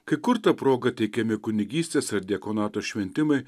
kai kur ta proga teikiami kunigystės ar diakonato šventimai